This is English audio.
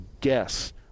guess